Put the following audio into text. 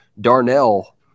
Darnell